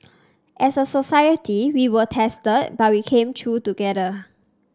as a society we were tested but we came through together